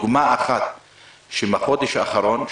דוגמה אחת מהחודש האחרון,